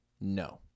no